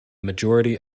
majority